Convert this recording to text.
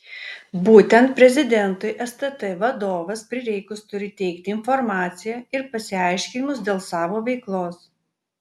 būtent prezidentui stt vadovas prireikus turi teikti informaciją ir pasiaiškinimus dėl savo veiklos